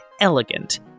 elegant